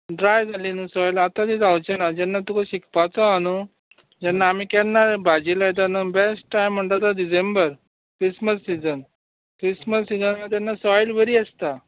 dry जाली न्हू soil आतां ती जावचीना जेन्ना तुका शिकपाचो आहा न्हू जेन्ना आमी केन्ना भाजी लायता तेन्ना बस्ट टायम म्हणटा तो December Christmas season Christmas season तेन्ना सोयल बरी आसता